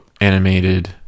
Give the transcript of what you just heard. animated